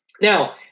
Now